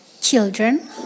Children